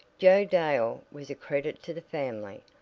joe dale was a credit to the family.